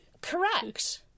Correct